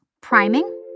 priming